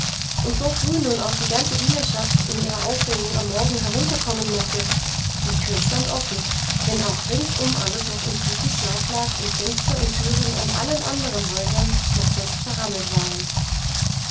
und so früh nun auch die ganze dienerschaft in ihrer aufregung am morgen herunterkommen mochte die tür stand offen wenn auch ringsum alles noch im tiefen schlaf lag und fenster und türen an allen anderen häusern noch fest verrammelt waren